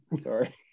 sorry